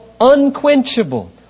unquenchable